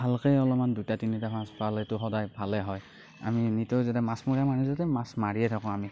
ভালকৈ অলপমান দুটা তিনিটা মাছ পালেতো সদায় ভালে হয় আমি নিতৌ যেনে মাছমৰীয়া মানুহ যাতে মাছ মাৰিয়ে থাকোঁ আমি